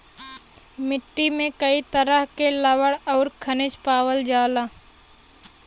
मट्टी में कई तरह के लवण आउर खनिज पावल जाला